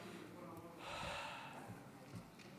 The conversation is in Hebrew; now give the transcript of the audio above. חברי הכנסת,